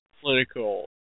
political